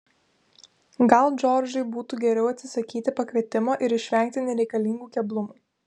gal džordžui būtų geriau atsisakyti pakvietimo ir išvengti nereikalingų keblumų